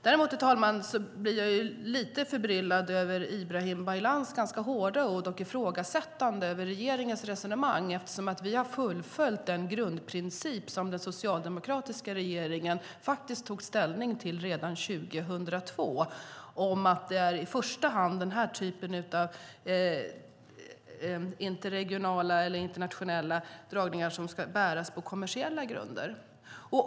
Däremot, herr talman, blir jag lite förbryllad över Ibrahim Baylan ganska hårda och ord och ifrågasättande av regeringens resonemang eftersom vi har fullföljt den grundprincip som den socialdemokratiska regeringen tog ställning till redan 2002. Den handlar om att det är i första hand denna typ av interregionala eller internationella dragningar som ska bäras på kommersiella grunder.